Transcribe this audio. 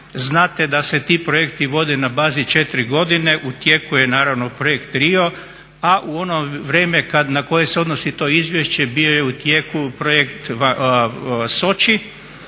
Znate da se ti projekti vode na bazi 4 godine. u tijeku je naravno Projekt "Rio", a u ono vrijeme na koje se odnosi to izvješće bio je u tijeku Projekt "Soči"